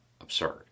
Absurd